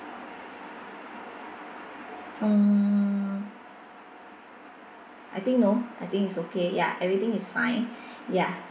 mm I think no I think it's okay ya everything is fine ya